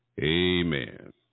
Amen